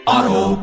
Auto